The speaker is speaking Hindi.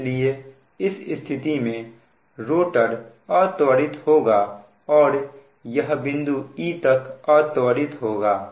इसलिए इस स्थिति में रोटर अत्वरित होगा और यह बिंदु e तक अत्वरित होगा